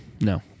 No